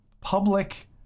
public